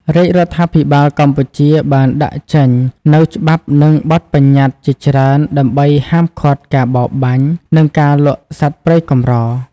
រាជរដ្ឋាភិបាលកម្ពុជាបានដាក់ចេញនូវ ច្បាប់និងបទបញ្ញត្តិជាច្រើនដើម្បីហាមឃាត់ការបរបាញ់ និងការលក់សត្វព្រៃកម្រ។